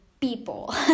people